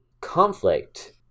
conflict